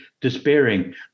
despairing